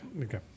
Okay